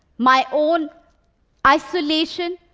my own isolation,